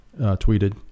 tweeted